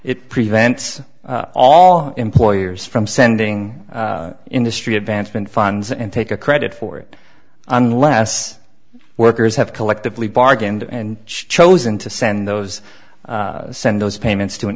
it prevents all employers from sending industry advancement funds and take a credit for it unless workers have collectively bargained and chosen to send those send those payments to an